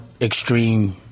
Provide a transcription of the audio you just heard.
extreme